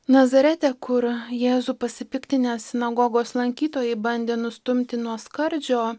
nazarete kur jėzų pasipiktinę sinagogos lankytojai bandė nustumti nuo skardžio